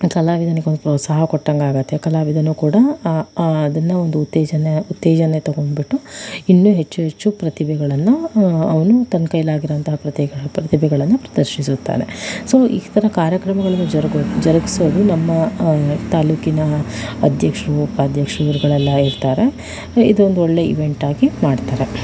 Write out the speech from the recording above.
ಕಲಾವಿದನಿಗೂ ಪ್ರೋತ್ಸಾಹ ಕೊಟ್ಟಂಗೆ ಆಗತ್ತೆ ಕಲಾವಿದನೂ ಕೂಡ ಅದನ್ನು ಒಂದು ಉತ್ತೇಜನ ಉತ್ತೇಜನ ತಗೊಂಬಿಟ್ಟು ಇನ್ನೂ ಹೆಚ್ಚು ಹೆಚ್ಚು ಪ್ರತಿಭೆಗಳನ್ನು ಅವನು ತನ್ನ ಕೈಲಿ ಆಗಿರುವಂತಹ ಪ್ರತಿ ಪ್ರತಿಭೆಗಳನ್ನ ಪ್ರದರ್ಶಿಸುತ್ತಾನೆ ಸೊ ಈ ಥರ ಕಾರ್ಯಕ್ರಮಗಳನ್ನು ಜರುಗಿಸೋ ಜರಗಿಸೋದು ನಮ್ಮ ತಾಲ್ಲೂಕಿನ ಅಧ್ಯಕ್ಷರು ಉಪಾಧ್ಯಕ್ಷರು ಇವರುಗಳೆಲ್ಲ ಇರ್ತಾರೆ ಇದೊಂದು ಒಳ್ಳೆಯ ಈವೆಂಟಾಗಿ ಮಾಡ್ತಾರೆ